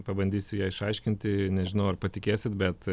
pabandysiu ją išaiškinti nežinau ar patikėsit bet